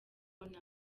nabo